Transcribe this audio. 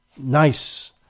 nice